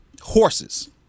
Horses